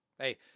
Hey